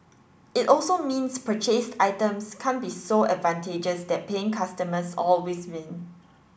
it also means purchased items can't be so advantageous that paying customers always win